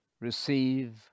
Receive